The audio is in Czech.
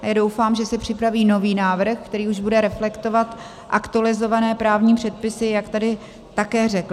Já doufám, že si připraví nový návrh, který už bude reflektovat aktualizované právní předpisy, jak tady také řekl.